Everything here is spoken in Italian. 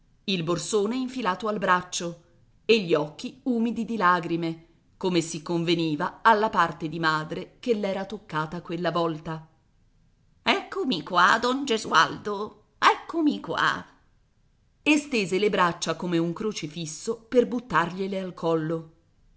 il borsone infilato al braccio e gli occhi umidi di lagrime come si conveniva alla parte di madre che l'era toccata quella volta eccomi qua don gesualdo eccomi qua e stese le braccia come un crocifisso per buttargliele al collo